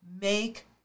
Make